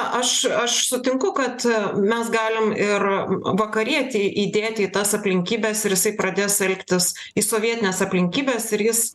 aš aš sutinku kad mes galim ir vakarietį įdėti į tas aplinkybes ir jisai pradės elgtis į sovietines aplinkybes ir jis